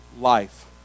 life